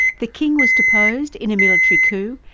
the king was deposed in a military coup,